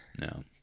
no